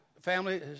family